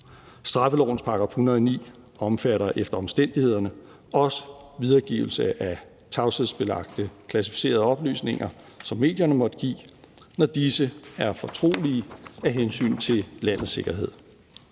Straffelovens § 109 omfatter efter omstændighederne også videregivelse af tavshedsbelagte klassificerede oplysninger, som medierne måtte give, når disse er fortrolige af hensyn til landets sikkerhed.